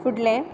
फुडलें